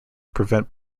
prevent